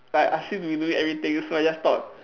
like I seem to be doing everything so I just thought